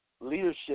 leadership